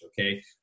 okay